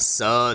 سات